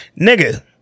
Nigga